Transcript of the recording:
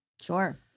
Sure